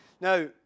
Now